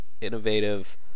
innovative